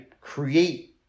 create